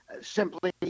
simply